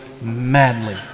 madly